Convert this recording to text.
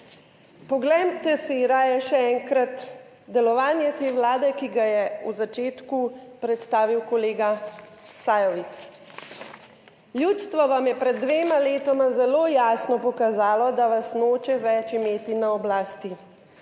Poglejte si raje še enkrat delovanje te Vlade, ki ga je v začetku predstavil kolega Sajovic. Ljudstvo vam je pred dvema letoma zelo jasno pokazalo, da vas noče več imeti na oblasti.